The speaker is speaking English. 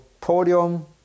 podium